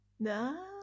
No